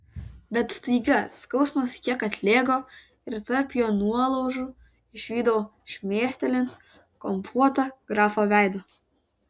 bet staiga skausmas kiek atlėgo ir tarp jo nuolaužų išvydau šmėstelint kampuotą grafo veidą